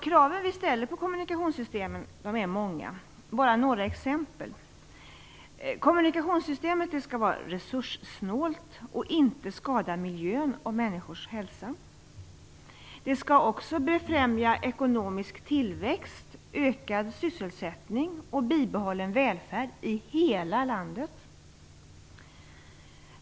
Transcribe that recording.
Kraven vi ställer på kommunikationssystemet är många, här är bara några exempel: Kommunikationssystemet skall vara resurssnålt och inte skada miljön och människors hälsa. Det skall också befrämja ekonomisk tillväxt, ökad sysselsättning och bibehållen välfärd i hela landet.